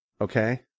okay